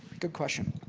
good question.